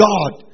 God